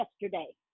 yesterday